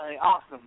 Awesome